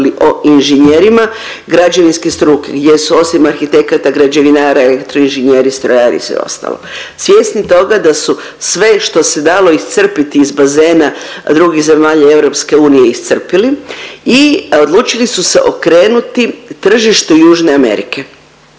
o inženjerima građevinske struke gdje su osim arhitekata, građevinara, elektroinženjeri, strojari i sve ostalo. Svjesni toga da su sve što se dalo iscrpiti iz bazena drugih zemalja EU iscrpili i odlučili su se okrenuti tržištu južne Amerike